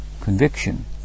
conviction